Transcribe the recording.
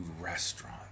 restaurant